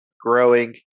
growing